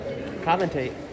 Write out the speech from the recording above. Commentate